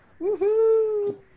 Woohoo